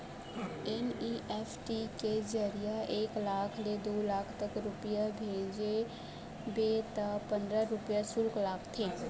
NEFT के जरिए एक लाख ले दू लाख तक रूपिया भेजबे त पंदरा रूपिया सुल्क लागथे